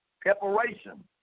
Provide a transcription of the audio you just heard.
preparation